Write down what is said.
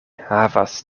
havas